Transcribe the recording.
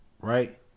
right